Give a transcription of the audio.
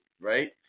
right